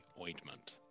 ointment